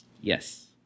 Yes